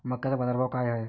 मक्याचा बाजारभाव काय हाय?